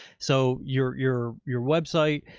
so your, your, your website.